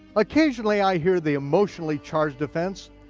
occasionally i hear the emotionally charged defense,